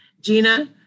Gina